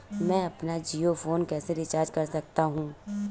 मैं अपना जियो फोन कैसे रिचार्ज कर सकता हूँ?